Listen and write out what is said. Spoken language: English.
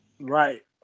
Right